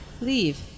Leave